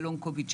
ה-LONG COVID,